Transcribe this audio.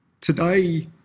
Today